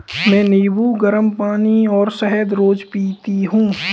मैं नींबू, गरम पानी और शहद रोज पीती हूँ